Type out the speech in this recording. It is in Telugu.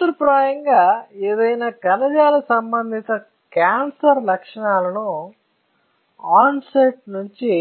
సూత్రప్రాయంగా ఏదైనా కణజాల సంబంధిత క్యాన్సర్ లక్షణాలను ఆన్ సెట్ నుంచి